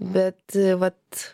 bet vat